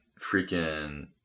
freaking